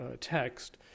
text